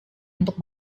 untuk